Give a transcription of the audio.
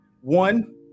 one